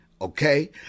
Okay